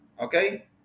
okay